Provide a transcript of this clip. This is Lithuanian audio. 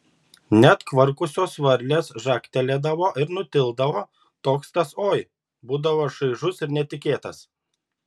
net kvarkusios varlės žagtelėdavo ir nutildavo toks tas oi būdavo šaižus ir netikėtas